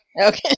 Okay